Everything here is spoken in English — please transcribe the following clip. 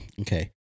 okay